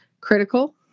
critical